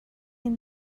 این